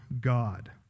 God